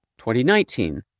2019